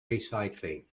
recycling